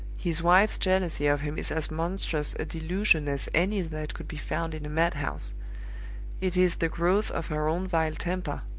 his wife's jealousy of him is as monstrous a delusion as any that could be found in a mad-house it is the growth of her own vile temper,